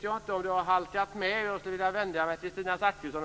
Jag skall vända mig till Kristina Zakrisson.